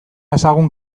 dezagun